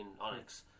Onyx